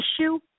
issue